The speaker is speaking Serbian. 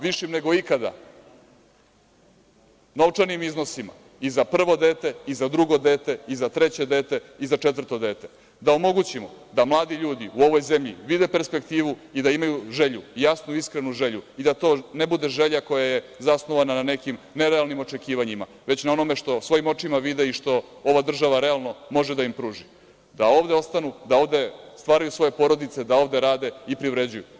Više nego ikada novčanim iznosima i za prvo dete i za drugo dete i za treće dete i za četvrto dete, da omogućimo da mladi ljudi u ovoj zemlji vide perspektivu i da imaju želju, jasnu i iskrenu želju, i da to ne bude želja koja je zasnovana na nekim nerealnim očekivanjima, već na onome što svojim očima vide i što ova država realno može da im pruži, da ovde ostanu, da ovde stvaraju svoje porodice, da ovde rade i privređuju.